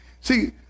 See